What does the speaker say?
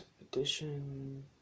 Edition